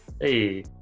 hey